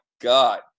God